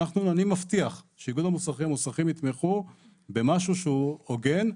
ואני מבטיח שאיגוד המוסכים יתמכו במשהו שהוא הוגן,